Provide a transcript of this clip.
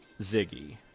Ziggy